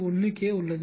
1 K உள்ளது